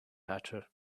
hatter